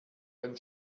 euren